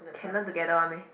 can learn together one meh